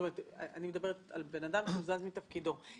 אני מדברת על בן אדם שהוזז מתפקידו.